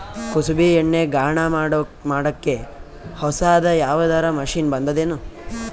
ಕುಸುಬಿ ಎಣ್ಣೆ ಗಾಣಾ ಮಾಡಕ್ಕೆ ಹೊಸಾದ ಯಾವುದರ ಮಷಿನ್ ಬಂದದೆನು?